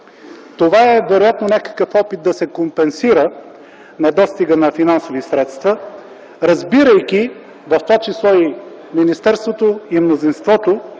Това е вероятно някакъв опит да се компенсира недостигът на финансови средства, разбирайки, в това число и министерството, и мнозинството,